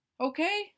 Okay